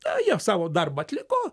na jie savo darbą atliko